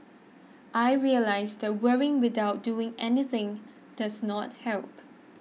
I realised that worrying without doing anything does not help